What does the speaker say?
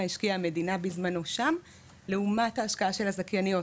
השקיעה המדינה בזמנו שם לעומת ההשקעה של הזכייניות.